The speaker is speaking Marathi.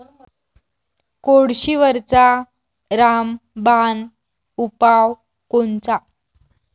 कोळशीवरचा रामबान उपाव कोनचा?